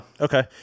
Okay